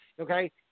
okay